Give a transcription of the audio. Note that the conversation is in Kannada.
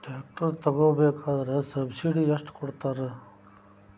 ಟ್ರ್ಯಾಕ್ಟರ್ ತಗೋಬೇಕಾದ್ರೆ ಸಬ್ಸಿಡಿ ಎಷ್ಟು ಕೊಡ್ತಾರ?